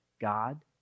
God